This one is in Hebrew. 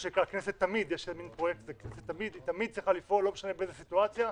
הכנסת תמיד צריכה לפעול, לא משנה באיזו סיטואציה,